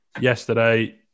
Yesterday